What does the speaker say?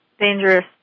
dangerous